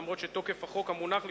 למרות שתוקף החוק המונח לפניכם,